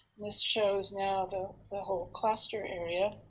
this shows now the the whole cluster area,